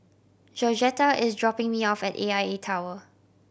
georgetta is dropping me off at A I A Tower